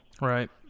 Right